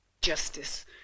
Justice